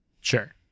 Sure